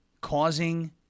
causing